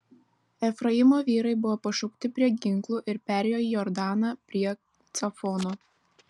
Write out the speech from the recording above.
efraimo vyrai buvo pašaukti prie ginklų ir perėjo jordaną prie cafono